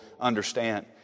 understand